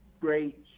great